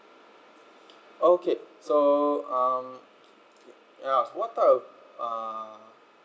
okay so um ya what type of uh